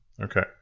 Okay